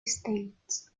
states